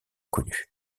connue